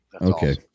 okay